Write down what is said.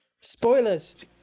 spoilers